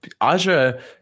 Aja